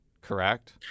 correct